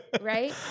Right